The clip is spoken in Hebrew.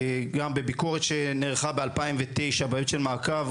גם בביקורת שנערכה ב-2009 בעיות של מעקב,